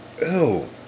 Ew